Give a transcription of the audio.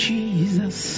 Jesus